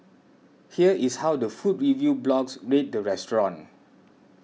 here is how the food review blogs rate the restaurant